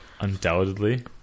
Undoubtedly